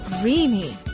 creamy